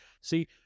See